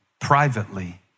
privately